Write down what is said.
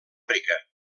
rica